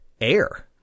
air